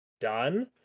done